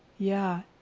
yeah,